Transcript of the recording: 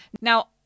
Now